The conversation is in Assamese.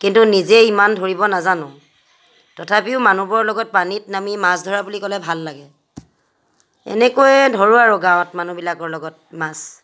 কিন্তু নিজে ইমান ধৰিব নাজানোঁ তথাপিও মানুহবোৰৰ লগত পানীত নামি মাছ ধৰা বুলি ক'লে ভাল লাগে এনেকৈয়ে ধৰোঁ আৰু গাঁৱত মানুহবিলাকৰ লগত মাছ